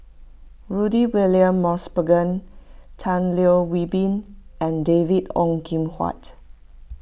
Rudy William Mosbergen Tan Leo Wee Hin and David Ong Kim Huat